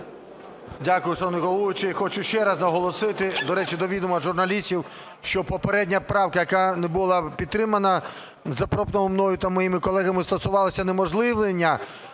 Дякую, шановний головуючий. Хочу ще раз наголосити, до речі, до відома журналістів, що попередня правка, яка не була підтримана, запропонована мною та моїми колегами, стосувалася неуможливлення